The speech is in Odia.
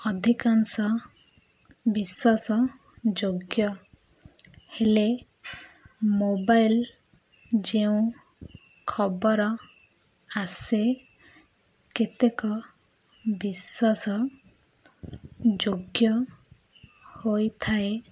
ଅଧିକାଂଶ ବିଶ୍ୱାସ ଯୋଗ୍ୟ ହେଲେ ମୋବାଇଲ୍ ଯେଉଁ ଖବର ଆସେ କେତେକ ବିଶ୍ୱାସ ଯୋଗ୍ୟ ହୋଇଥାଏ